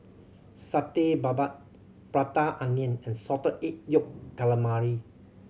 Satay Babat Prata Onion and Salted Egg Yolk Calamari